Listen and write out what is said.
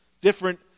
different